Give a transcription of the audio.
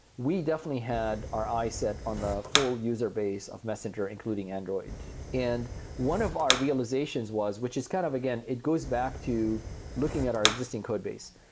we definitely had our eyes set on the full user base of messenger, including android. and one of our realizations was which is kind of again, it goes back to looking at our existing codebase.